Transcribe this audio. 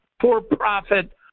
for-profit